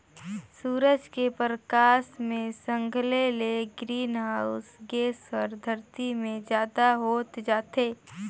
सूरज के परकास मे संघले ले ग्रीन हाऊस गेस हर धरती मे जादा होत जाथे